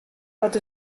dat